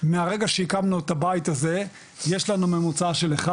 מהרגע שהקמנו את הבית הזה יש לנו ממוצע של אחד